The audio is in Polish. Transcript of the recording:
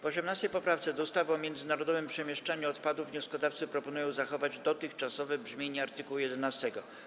W 18. poprawce do ustawy o międzynarodowym przemieszczaniu odpadów wnioskodawcy proponują zachować dotychczasowe brzmienie art. 11.